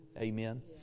Amen